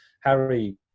Harry